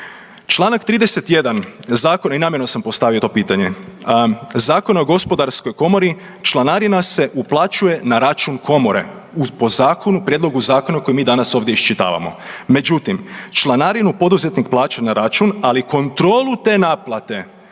Čl. 31. Zakon i namjerno sam postavio to pitanje, Zakon o gospodarskoj komori članarina se uplaćuje na račun komore po zakonu prijedlogu zakona koji mi danas ovdje iščitavamo, međutim, članarinu poduzetnik plaća na račun, ali kontrolu te naplate